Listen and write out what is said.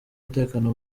umutekano